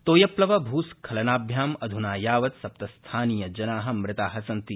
तोयप्लव भूस्खलनाभ्यां अध्ना यावत् सप्तस्थानीयजना मृता सन्ति